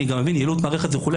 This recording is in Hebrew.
אני גם מבין יעילות מערכת וכו',